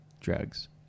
drugs